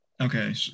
Okay